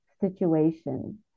situation